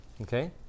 okay